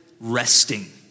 resting